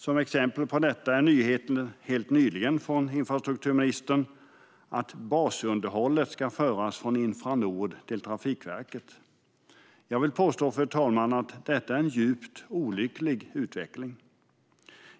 Ett exempel på detta är den nyhet som kom helt nyligen från infrastrukturministern om att basunderhållet ska föras över från Infranord till Trafikverket. Jag vill påstå, fru talman, att detta är en djupt olycklig utveckling.